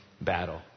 battle